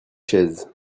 chaises